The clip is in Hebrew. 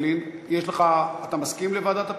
אתה מסכים לוועדת הפנים?